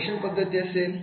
सर्वेक्षण पद्धती असेल